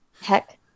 heck